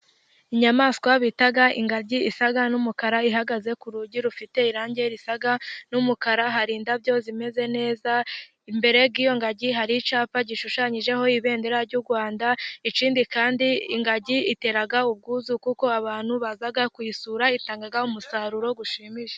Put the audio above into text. Inyamaswa bita ingagi isaga ni umukara, ihagaze ku rugi rufite irangi risa n'umukara, hari indabyo zimeze neza, imbere y'iyo ngagi hari icyapa gishushanyijeho ibendera ry'u Rwanda, ikindi kandi ingagi itera ubwuzu kuko abantu baza kuyisura, itanga umusaruro ushimishije.